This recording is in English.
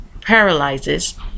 paralyzes